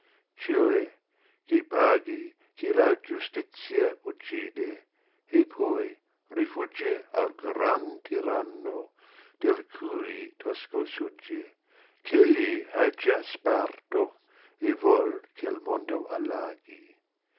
cioè che paghi chi la giustizia uccide e poi rifugge al gran tiranno del cui tosco sugge ch'egli ha già sparto e vuol che'i mondo